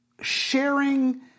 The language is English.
sharing